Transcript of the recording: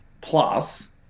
plus